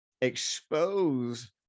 expose